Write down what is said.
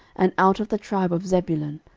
and out of the tribe of zebulun,